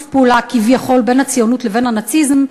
פעולה כביכול בין הציונות לבין הנאציזם,